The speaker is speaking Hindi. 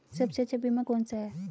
सबसे अच्छा बीमा कौन सा है?